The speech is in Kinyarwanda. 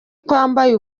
kwambaye